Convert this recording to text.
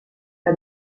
que